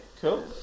cool